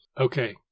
Okay